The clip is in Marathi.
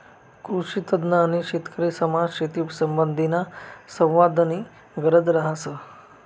कृषीतज्ञ आणि शेतकरीसमा शेतीसंबंधीना संवादनी गरज रहास